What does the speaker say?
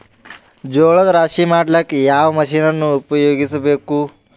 ಜೋಳದ ರಾಶಿ ಮಾಡ್ಲಿಕ್ಕ ಯಾವ ಮಷೀನನ್ನು ಉಪಯೋಗಿಸಬೇಕು?